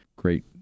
great